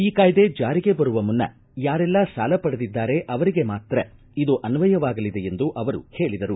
ಈ ಕಾಯ್ದೆ ಜಾರಿಗೆ ಬರುವ ಮುನ್ನ ಯಾರೆಲ್ಲ ಸಾಲ ಪಡೆದಿದ್ದಾರೆ ಅವರಿಗೆ ಮಾತ್ರ ಇದು ಅನ್ವಯವಾಗಲಿದೆ ಎಂದು ಅವರು ಹೇಳಿದರು